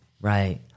Right